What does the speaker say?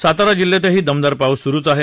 सातारा जिल्ह्यातही दमदार पाऊस सुरुच आहे